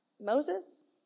Moses